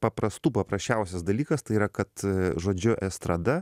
paprastų paprasčiausias dalykas tai yra kad žodžiu estrada